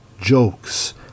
jokes